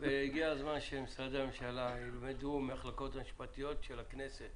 הגיע הזמן שמשרדי הממשלה ילמדו מהמחלקות המשפטיות של הכנסת